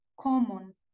common